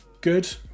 good